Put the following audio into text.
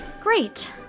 Great